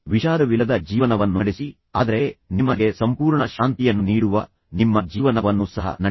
ವಿಷಾದವಿಲ್ಲದ ಜೀವನವನ್ನು ನಡೆಸಿ ಆದರೆ ನಿಮಗೆ ಸಂಪೂರ್ಣ ಶಾಂತಿಯನ್ನು ನೀಡುವ ನಿಮ್ಮ ಜೀವನವನ್ನು ಸಹ ನಡೆಸಿ